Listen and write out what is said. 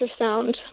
ultrasound